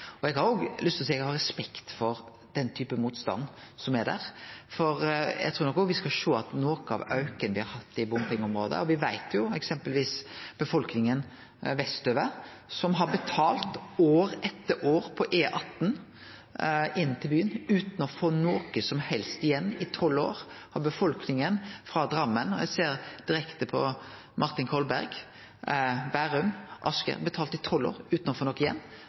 Eg har lyst til å seie at eg har respekt for den typen motstand som er der, for eg trur nok at vi skal sjå på noko av auken me har hatt i det bompengeområdet. Me veit jo eksempelvis at befolkninga vestover har betalt år etter år på E18 inn til byen utan å få noko som helst igjen. I 12 år har befolkninga i Drammen – og eg ser direkte på Martin Kolberg – Bærum og Asker betalt